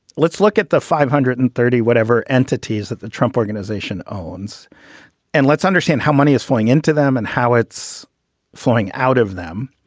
let's look at the five hundred and thirty, whatever entities that the trump organization owns and let's understand how money is flowing into them and how it's flowing out of them.